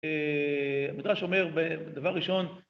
המדרש אומר, בדבר ראשון,